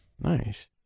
Nice